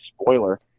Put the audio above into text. spoiler